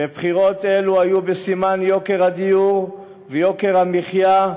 ובחירות אלה היו בסימן יוקר הדיור ויוקר המחיה,